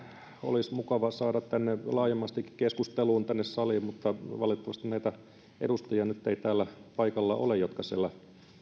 olisi mukavaa saada laajemmastikin keskusteluun tänne saliin mutta valitettavasti nyt ei täällä paikalla ole näitä edustajia jotka